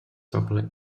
popular